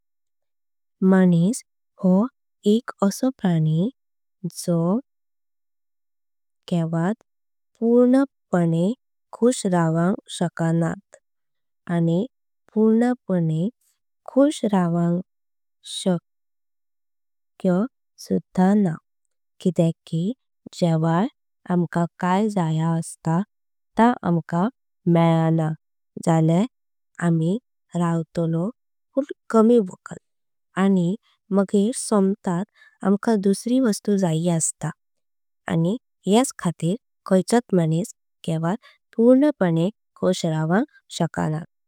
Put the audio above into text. माणस हो एक आसा प्राणी जो केवट पूर्ण पाणे। खुश रवंकं शकत नात आणि पूर्ण पाणे खुश। रवंकं शक्य सुध्दा ना किदेउक कि जेवे आमका। काय जाया अस्ता ता आमका मेळला जल्या आमी। रवटलो पुण कमी वगात आणि मगीर सोम्तत। आमका दुसरी वस्तु जायी अस्ता आणि याच खातिर। खैचोत माणस केवट पूर्ण पाणे खुश रवंकं शकत ना।